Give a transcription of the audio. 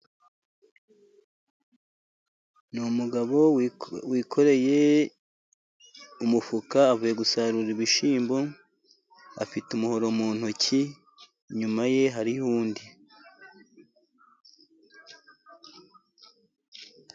Ni umugabo wikoreye umufuka, avuye gusarura ibishyimbo, afite umuhoro mu ntoki, inyuma ye hari yo undi.